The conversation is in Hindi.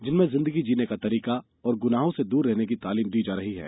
जिनमें जिन्दगी जीने का तरीका और गुनाहों से दूर रहने की तालीम दी जा रही है